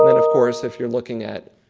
of course, if you're looking at